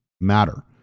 matter